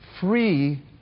free